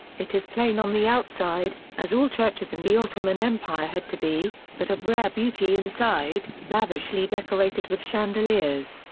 it is plain on the outside, as all churches in the ottoman empire had to be, but of rare beauty inside, lavishly decorated with chandeliers,